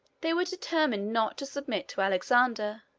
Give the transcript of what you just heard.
they were determined not to submit to alexander,